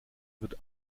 wird